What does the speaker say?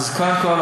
אז קודם כול,